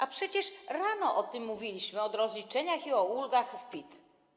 A przecież rano o tym mówiliśmy, o rozliczeniach i o ulgach w PIT.